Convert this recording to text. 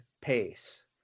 pace